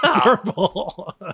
purple